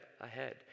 ahead